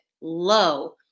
low